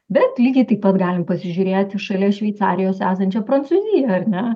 bet lygiai taip pat galim pasižiūrėti šalia šveicarijos esančią prancūziją ar ne